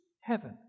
heaven